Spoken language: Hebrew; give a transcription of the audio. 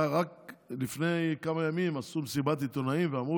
רק לפני כמה ימים עשו מסיבת עיתונאים ואמרו